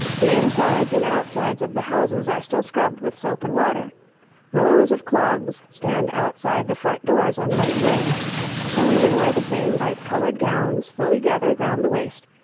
the insides and outsides of the houses are still scrubbed with soap and water rows of clogs stand outside the front doors on muddy days the women wear the same bright coloured gowns fully gathered round the waist,